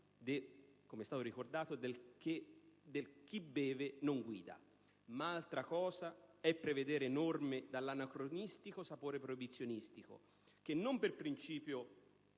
come è stato ricordato - per cui chi beve non guida. Tuttavia, altra cosa è prevedere norme dall'anacronistico sapore proibizionistico che -non per principio